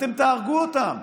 אתם תהרגו אותם.